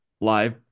live